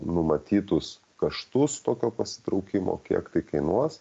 numatytus kaštus tokio pasitraukimo kiek tai kainuos